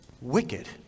Wicked